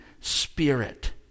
spirit